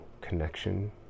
connection